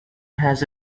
has